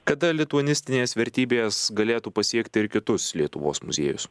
kada lituanistinės vertybės galėtų pasiekti ir kitus lietuvos muziejus